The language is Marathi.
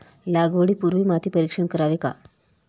लागवडी पूर्वी माती परीक्षण करावे का?